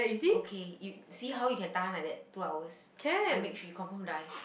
okay you see how you can tahan like that two hours I make sure you confirm die